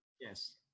Yes